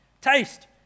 Taste